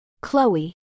Chloe